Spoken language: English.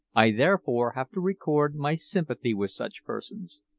i therefore have to record my sympathy with such persons,